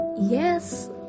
Yes